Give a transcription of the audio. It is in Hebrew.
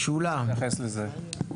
אני אתייחס לזה.